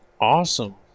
awesome